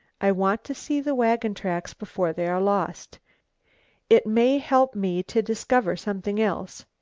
i want to see the wagon tracks before they are lost it may help me to discover something else.